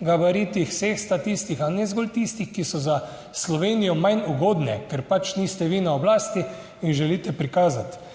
gabaritih, vseh statistih, a ne zgolj tistih, ki so za Slovenijo manj ugodne, ker pač niste vi na oblasti in želite prikazati.